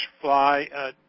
fly